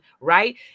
right